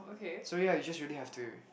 sorry ah you just really have to